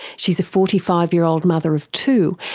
she's a forty five year old mother of two,